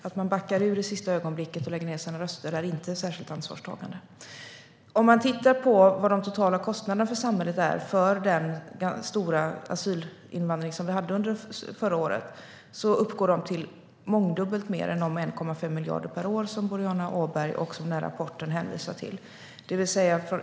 Att backa ur i sista ögonblicket och lägga ned sina röster är inte särskilt ansvarsfullt. Samhällets totala kostnader för den stora asylinvandring vi hade under förra året uppgår till mångdubbelt mer än de 1,5 miljarder per år som Boriana Åberg och den här rapporten hänvisar till.